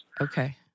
Okay